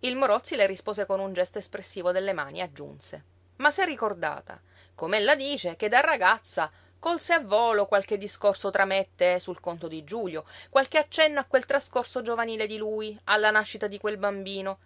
il morozzi le rispose con un gesto espressivo delle mani e aggiunse ma s'è ricordata com'ella dice che da ragazza colse a volo qualche discorso tra me e te sul conto di giulio qualche accenno a quel trascorso giovanile di lui alla nascita di quel bambino